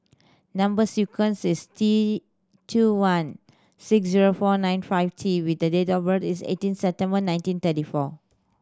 number sequence is T two one six zero four nine five T with the date of birth is eighteen September nineteen thirty four